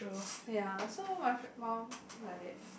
ya so my f~ mum like that